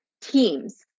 teams